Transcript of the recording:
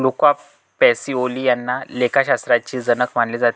Luca Pacioli यांना लेखाशास्त्राचे जनक मानले जाते